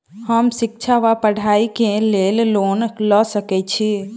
हम शिक्षा वा पढ़ाई केँ लेल लोन लऽ सकै छी?